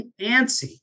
antsy